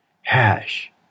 Hash